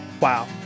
Wow